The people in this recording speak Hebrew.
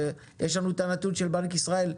יש לנו את הנתון של בנק ישראל,